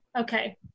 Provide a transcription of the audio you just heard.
Okay